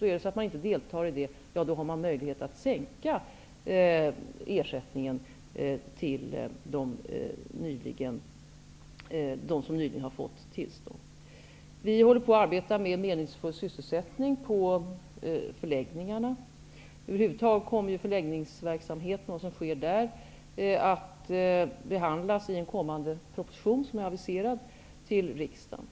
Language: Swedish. Om de inte deltar i programmet har kommunerna möjlighet att sänka ersättningen till dem. Vi håller på att arbeta med att skapa meningsfull sysselsättning på förläggningarna. Förläggningsverksamheten i stort kommer att behandlas i en aviserad proposition som skall läggas fram för riksdagen.